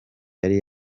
yari